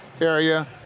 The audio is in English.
area